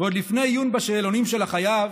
ועוד לפני עיון בשאלונים של החייב